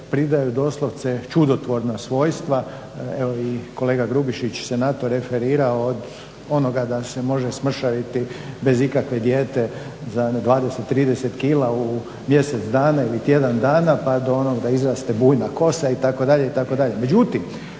pridaju doslovce čudotvorna svojstva. Evo i kolega Grubišić se na to referirao od onoga da se može smršaviti bez ikakve dijete za 20, 30 kila u mjesec ili tjedan dana pa do onoga da izraste bujna kosa itd.